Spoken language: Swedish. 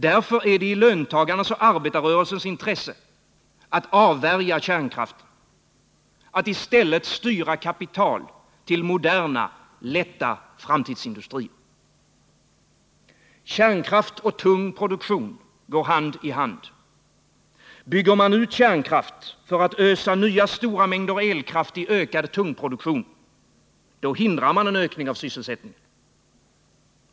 Därför är det i löntagarnas och arbetarrörelsens intresse att avvärja kärnkraften och att i stället styra kapital till moderna, lätta framtidsindustrier. Kärnkraft och tung produktion går hand i hand. Bygger man ut kärnkraft för att ösa nya stora mängder elkraft i ökad tung produktion — då hindrar man en ökning av sysselsättningen.